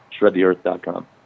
shredtheearth.com